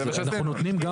אנחנו נותנים.